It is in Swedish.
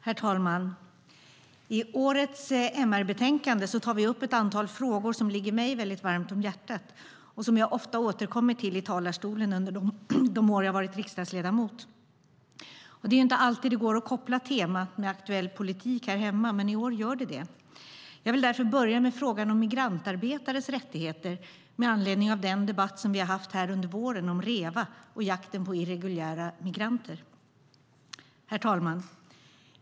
Herr talman! I årets MR-betänkande tar vi upp ett antal frågor som ligger mig väldigt varmt om hjärtat och som jag ofta har återkommit till i talarstolen under de år jag varit riksdagsledamot. Det är inte alltid det går att koppla temat till aktuell politik här hemma, men i år går det. Jag vill därför börja med frågan om migrantarbetares rättigheter med anledning av den debatt om Reva och jakten på irreguljära migranter vi har haft under våren. Herr talman!